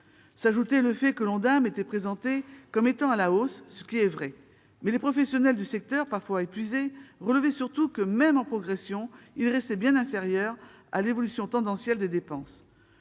S'ajoutait le fait que l'Ondam était présenté comme étant à la hausse : cela est vrai, mais les professionnels du secteur, parfois épuisés, relevaient surtout que, même en progression, il restait bien inférieur à l'évolution tendancielle des dépenses.